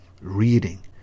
reading